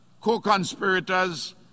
co-conspirators